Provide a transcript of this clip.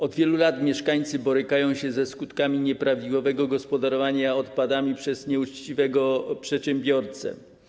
Od wielu lat mieszkańcy borykają się ze skutkami nieprawidłowego gospodarowania odpadami przez nieuczciwego przedsiębiorcę.